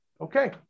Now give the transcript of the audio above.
Okay